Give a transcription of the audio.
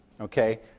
Okay